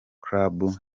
club